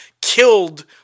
killed